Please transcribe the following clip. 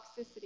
toxicity